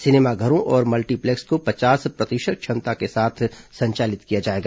सिनेमाघरों और मल्टीप्लेक्स को पचास प्रतिशत क्षमता के साथ संचालित किया जाएगा